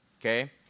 Okay